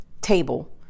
table